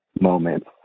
moments